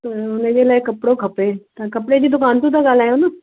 त हुनजे लाइ कपिड़ो खपे तव्हां कपिड़े जी दुकानु थो था ॻाल्हायो न